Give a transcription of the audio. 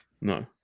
no